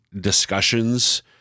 discussions